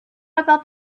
about